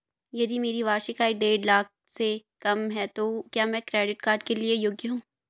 यदि मेरी वार्षिक आय देढ़ लाख से कम है तो क्या मैं क्रेडिट कार्ड के लिए योग्य हूँ?